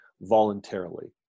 voluntarily